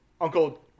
Uncle